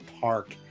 park